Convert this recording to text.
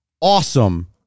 awesome